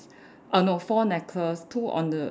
err no four necklace two on the